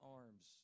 arms